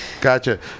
Gotcha